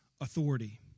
authority